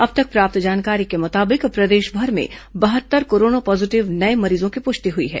अब तक प्राप्त जानकारी के मुताबिक प्रदेशभर में बहत्तर कोरोना पॉजीटिव नये मरीजों की पुष्टि हुई है